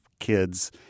kids